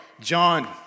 John